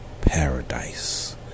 paradise